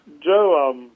Joe